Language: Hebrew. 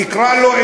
נקרא לו,